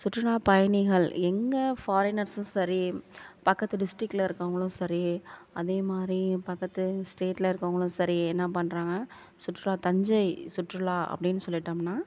சுற்றுலா பயணிகள் எங்கள் ஃபாரினர்ஸ்ஸும் சரி பக்கத்து டிஸ்ட்ரிக்கில் இருக்கவங்களும் சரி அதேமாதிரி பக்கத்து ஸ்டேட்டில் இருக்கவங்களும் சரி என்ன பண்ணுறாங்க சுற்றுலா தஞ்சை சுற்றுலா அப்பிடினு சொல்லிட்டோம்ன்னா